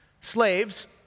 Slaves